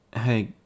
hey